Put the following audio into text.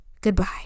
goodbye